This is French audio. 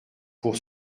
pour